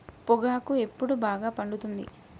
పొగాకు ఎప్పుడు బాగా పండుతుంది?